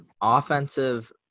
offensive